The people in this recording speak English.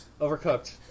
Overcooked